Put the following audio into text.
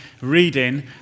reading